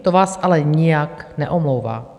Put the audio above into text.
To vás ale nijak neomlouvá.